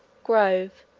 grove,